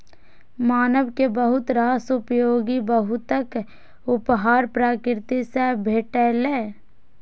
मानव कें बहुत रास उपयोगी वस्तुक उपहार प्रकृति सं भेटलैए